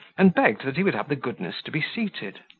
and begged that he would have the goodness to be seated.